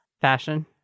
fashion